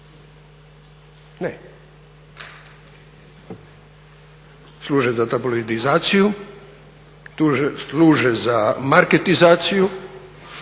Ne. Služe za tabloidizaciju, služe za marketizaciju